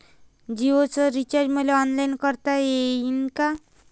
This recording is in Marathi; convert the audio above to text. जीओच रिचार्ज मले ऑनलाईन करता येईन का?